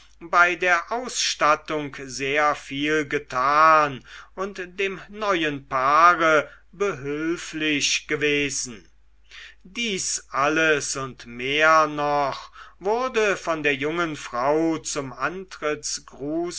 bei der ausstattung sehr viel getan und dem neuen paare behülflich gewesen dies alles und mehr noch wurde von der jungen frau zum